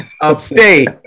upstate